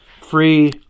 free